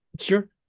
Sure